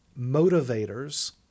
motivators